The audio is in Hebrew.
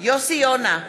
יוסי יונה,